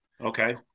Okay